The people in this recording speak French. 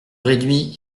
réduit